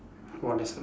one person